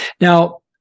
Now